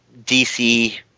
DC